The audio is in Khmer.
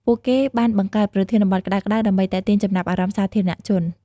ពួកគេបានបង្កើតប្រធានបទក្តៅៗដើម្បីទាក់ទាញចំណាប់អារម្មណ៍សាធារណៈជន។